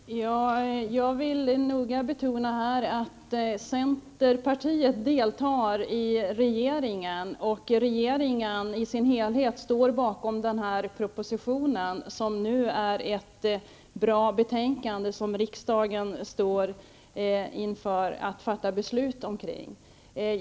Herr talman! Jag vill noga betona att centerpartiet deltar i regeringen, och regeringen i sin helhet står bakom den här propositionen, vilken nu resulterat i ett bra betänkande, som riksdagen står inför att fatta beslut om.